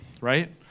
right